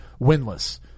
winless